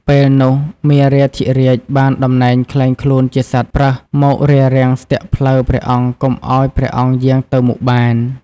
ពេលនោះ មារាធិរាជបានដំណែងក្លែងខ្លួនជាសត្វប្រើសមករារាំងស្ទាក់ផ្លូវព្រះអង្គកុំឱ្យព្រះអង្គយាង ទៅមុខបាន។